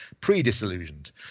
pre-disillusioned